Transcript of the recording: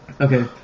Okay